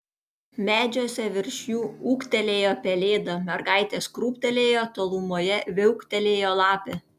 medžiuose virš jų ūktelėjo pelėda mergaitės krūptelėjo tolumoje viauktelėjo lapė